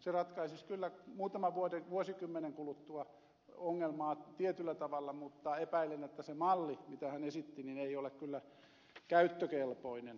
se ratkaisisi kyllä muutaman vuosikymmenen kuluttua ongelmaa tietyllä tavalla mutta epäilen että se malli mitä hän esitti ei ole kyllä käyttökelpoinen